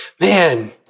Man